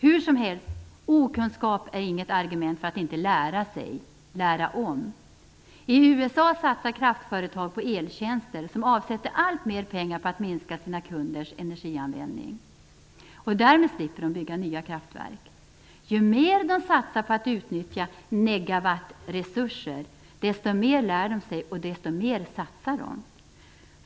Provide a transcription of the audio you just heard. Hur som helst, okunskap är inget argument för att inte lära sig och lära om. I USA satsar kraftföretag på eltjänster som avsätter allt mer pengar på att minska sina kunders energianvändning. Därmed slipper de bygga nya kraftverk. Ju mer de satsar på att utnyttja negawattresurser desto mer lär de sig och desto mer satsar de.